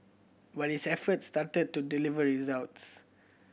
but his efforts started to deliver results